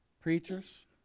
preachers